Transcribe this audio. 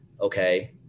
okay